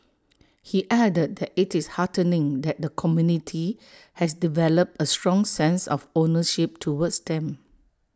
he added that IT is heartening that the community has developed A strong sense of ownership towards them